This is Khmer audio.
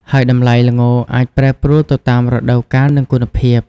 ហើយតម្លៃល្ងអាចប្រែប្រួលទៅតាមរដូវកាល និងគុណភាព។